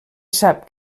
sap